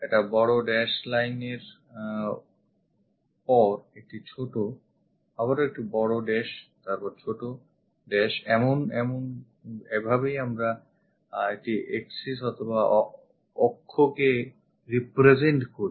একটি বড়ো dash line এর পর একটি ছোট আবারও একটি বড়ো dash ছোট dash এভাবেই আমরা একটি axis বা অক্ষ represent করি